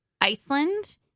Iceland